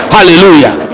Hallelujah